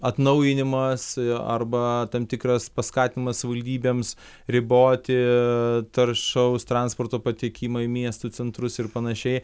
atnaujinimas arba tam tikras paskatinimas savivaldybėms riboti taršaus transporto patekimą į miestų centrus ir panašiai